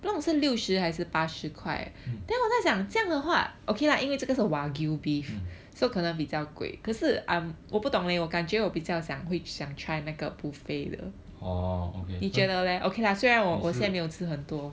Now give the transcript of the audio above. mm orh okay 你是